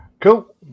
Cool